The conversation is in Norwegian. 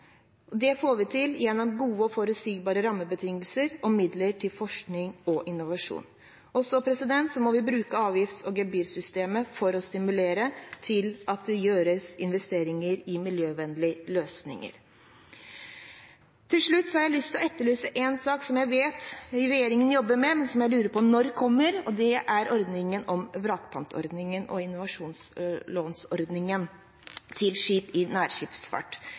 Det får vi til gjennom gode og forutsigbare rammebetingelser og midler til forskning og innovasjon. Så må vi bruke avgifts- og gebyrsystemet for å stimulere til at det investeres i miljøvennlige løsninger. Til slutt har jeg lyst til å etterlyse en sak som jeg vet regjeringen jobber med, men som jeg lurer på når kommer, og det er vrakpantordningen og innovasjonslåneordningen for skip i